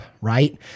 right